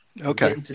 Okay